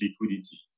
liquidity